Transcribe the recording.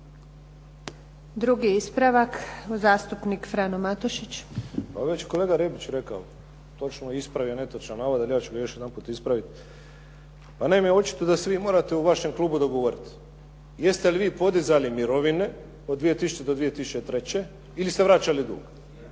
Drugi ispravak, zastupnik Frano Matušić. **Matušić, Frano (HDZ)** Pa već kolega Rebić je rekao točno je ispravio netočan navod, ali ja ću ga još jedanput ispraviti. Pa naime, očito je da se vi u vašem klubu morate dogovoriti. Jeste li vi podizali mirovine od 2000. do 2003. ili ste vraćali dug?